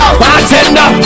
bartender